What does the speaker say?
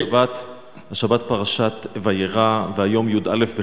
השבת פרשת וירא, והיום י"א בחשוון,